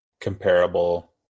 comparable